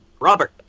Robert